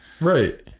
right